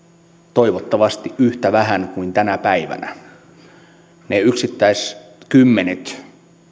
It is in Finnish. toivottavasti yhtä vähän kuin tänä päivänä ne yksittäiset kymmenet